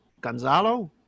Gonzalo